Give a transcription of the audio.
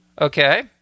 Okay